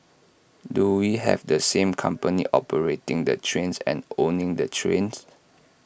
do we have the same company operating the trains and owning the trains